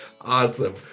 Awesome